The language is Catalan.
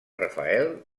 rafael